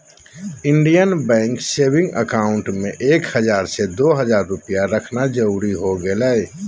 Indian bank saving account में एक हजार से दो हजार रुपया रखना जरूरी हो गेलय